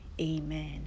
amen